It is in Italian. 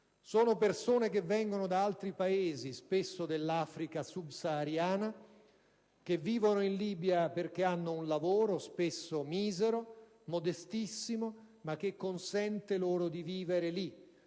sono persone provenienti da altri Paesi, in particolare dell'Africa sub-sahariana, che risiedono in Libia perché hanno un lavoro, spesso misero, modestissimo, ma che consente loro di vivere in